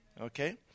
Okay